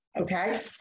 Okay